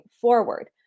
forward